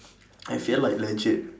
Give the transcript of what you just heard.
I feel like legit